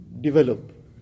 develop